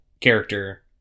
character